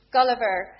Gulliver